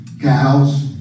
cows